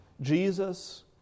Jesus